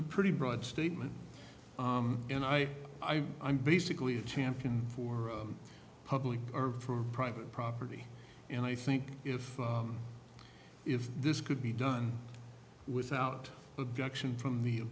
a pretty broad statement and i i'm i'm basically a champion for public or for private property and i think if if this could be done without objection from the